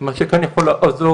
חברתית מאוד ששותפה להרבה